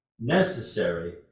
necessary